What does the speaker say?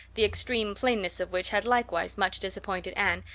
the extreme plainness of which had likewise much disappointed anne,